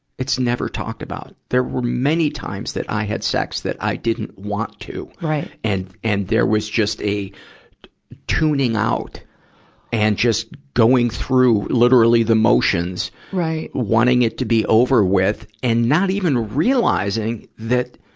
it's never talked about. there were many times that i had sex that i didn't want to, and, and there was just a tuning out and just going through, literally, the motions, wanting it to be over with. and not even realizing that,